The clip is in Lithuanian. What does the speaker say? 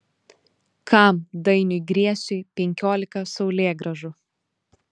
kam dainiui griesiui penkiolika saulėgrąžų